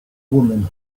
woman